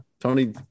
Tony